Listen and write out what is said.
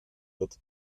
wird